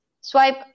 Swipe